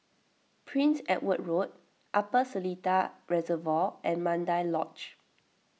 Prince Edward Road Upper Seletar Reservoir and Mandai Lodge